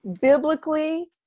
Biblically